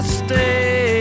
stay